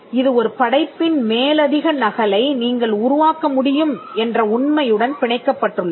இது ஒரு படைப்பின் மேலதிக நகலை நீங்கள் உருவாக்க முடியும் என்ற உண்மையுடன் பிணைக்கப்பட்டுள்ளது